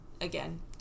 again